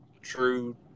true